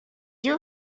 you